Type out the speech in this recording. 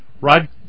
Rod